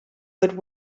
would